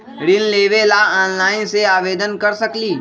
ऋण लेवे ला ऑनलाइन से आवेदन कर सकली?